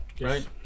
right